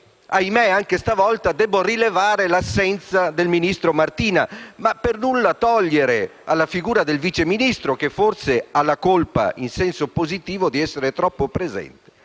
anche questa volta debbo rilevare l'assenza del ministro Martina, senza nulla togliere alla figura del Vice Ministro, che forse ha la colpa, in senso positivo, di essere troppo presente,